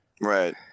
Right